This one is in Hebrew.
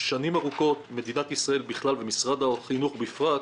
שנים ארוכות מדינת ישראל בכלל ומשרד החינוך בפרט,